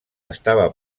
estava